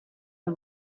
the